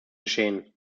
geschehen